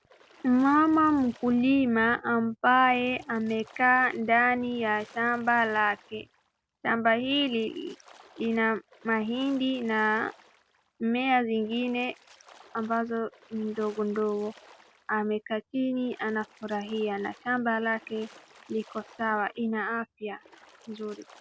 Mama mkulima ambaye amekaa ndani ya shamba lake. Shamba hili lina mahindi na mimea zingine ambazo ni ndogo ndogo. Amekaa chini anafurahia na shamba lake liko sawa, ina afya nzuri.